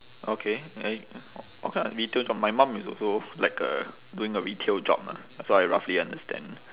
okay eh okay what kind of retail job my mum is also like a doing a retail job lah so I roughly understand